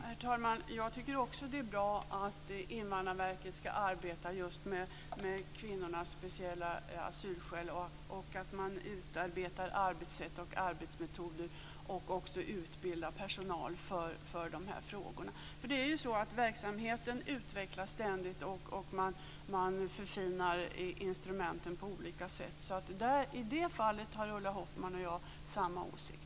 Herr talman! Jag tycker också att det är bra att Invandrarverket ska arbeta just med kvinnors speciella asylskäl, utforma arbetssätt och arbetsmetoder och utbilda personal för de här frågorna. Verksamheten utvecklas ständigt, och man förfinar instrumenten på olika sätt. I det fallet har Ulla Hoffmann och jag samma åsikt.